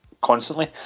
constantly